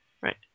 Right